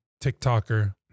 tiktoker